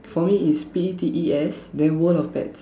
for me it's P E T E S then world of pets